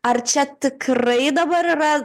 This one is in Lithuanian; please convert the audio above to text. ar čia tikrai dabar yra